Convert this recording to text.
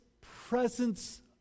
presence